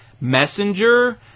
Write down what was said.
messenger